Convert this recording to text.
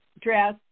dress